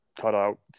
cutout